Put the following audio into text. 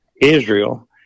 Israel